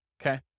Okay